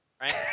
right